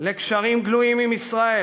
לקשרים גלויים עם ישראל,